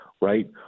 right